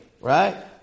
right